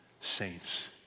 saints